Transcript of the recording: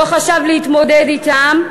לא חשב להתמודד אתן: